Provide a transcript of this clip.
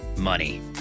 money